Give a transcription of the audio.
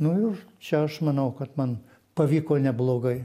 nu ir čia aš manau kad man pavyko neblogai